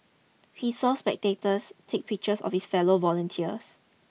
he saw spectators take pictures of his fellow volunteers